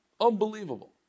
unbelievable